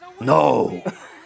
no